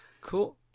Cool